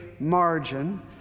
margin